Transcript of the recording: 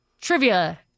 trivia